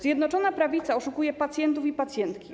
Zjednoczona Prawica oszukuje pacjentów i pacjentki.